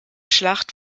schlacht